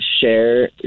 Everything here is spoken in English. share